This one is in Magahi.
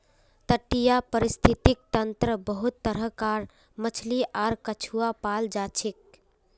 तटीय परिस्थितिक तंत्रत बहुत तरह कार मछली आर कछुआ पाल जाछेक